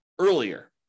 earlier